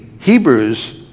Hebrews